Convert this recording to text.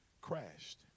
crashed